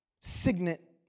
signet